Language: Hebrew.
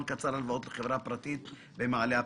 קצר הלוואות לחברה פרטית במעלה הפירמידה.